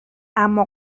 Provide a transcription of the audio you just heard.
اما